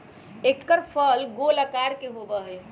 एकर फल गोल आकार के होबा हई